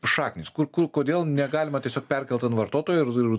šaknys kur kur kodėl negalima tiesiog perkelt ant vartotojo ir ir